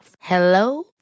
Hello